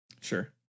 sure